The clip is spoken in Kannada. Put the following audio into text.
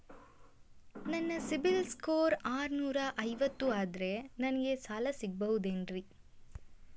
ನನ್ನ ಸಿಬಿಲ್ ಸ್ಕೋರ್ ಆರನೂರ ಐವತ್ತು ಅದರೇ ನನಗೆ ಸಾಲ ಸಿಗಬಹುದೇನ್ರಿ?